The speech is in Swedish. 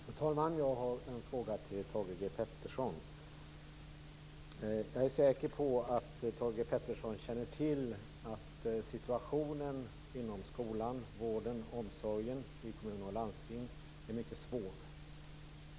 Fru talman! Jag har en fråga till Thage G Peterson. Jag är säker på att Thage G Peterson känner till att situationen inom skolan, vården och omsorgen i kommuner och landsting är mycket svår.